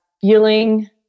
feeling